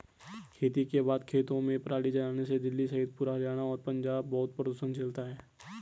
खेती के बाद खेतों में पराली जलाने से दिल्ली सहित पूरा हरियाणा और पंजाब बहुत प्रदूषण झेलता है